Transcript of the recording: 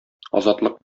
азатлык